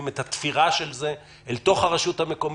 את התפירה של זה אל תוך הרשות המקומית,